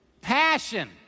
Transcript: Passion